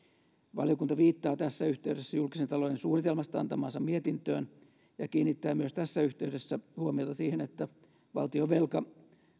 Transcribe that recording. valiokunta viittaa tässä yhteydessä julkisen talouden suunnitelmasta antamaansa mietintöön ja kiinnittää myös tässä yhteydessä huomiota siihen että valtionvelka